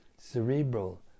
cerebral